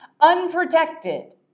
unprotected